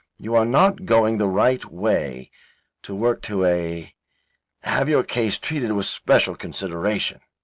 you are not going the right way to work to a have your case treated with special consideration.